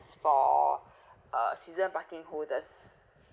for uh season parking holders